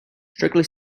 strictly